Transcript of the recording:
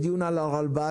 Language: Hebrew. בדיון על הרלב"ד,